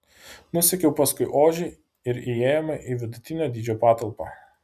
nusekiau paskui ožį ir įėjome į vidutinio dydžio patalpą